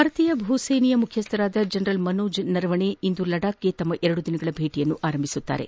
ಭಾರತೀಯ ಭೂಸೇನೆಯ ಮುಖ್ಯಸ್ಥರಾದ ಜನರಲ್ ಮನೋಜ್ ನರವಣೆ ಇಂದು ಲಡಾಕ್ಗೆ ತಮ್ಮ ಎರಡು ದಿನಗಳ ಭೇಟಿಯನ್ನು ಆರಂಭಿಸಲಿದ್ದಾರೆ